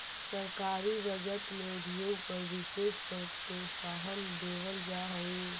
सरकारी बजट में उद्योग पर विशेष प्रोत्साहन देवल जा हई